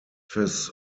his